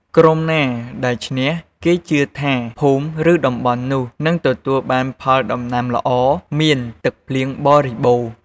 ក្រុមណាដែលឈ្នះ គេជឿថាភូមិ ឬតំបន់នោះនឹងទទួលបានផលដំណាំល្អ មានទឹកភ្លៀងបរិបូរណ៍។